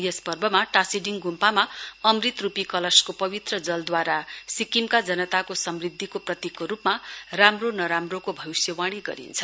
यस पर्वमा टाशीडिङ गुम्पामा अमृत रुपी कलशको पवित्र जलद्वारा सिक्किमका जनताको समृध्दिको प्रतीकको रुपमा राम्रो नराम्रोको भविस्यवाणी गरिन्छ